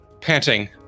panting